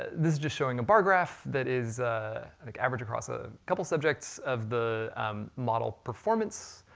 this is just showing a bar graph that is like average across a couple subjects of the model performance,